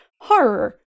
horror